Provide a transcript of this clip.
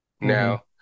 now